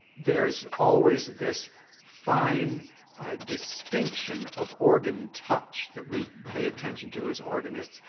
there's always this fine distinction of organ touch, that we pay attention to, as organists,